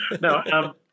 No